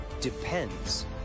depends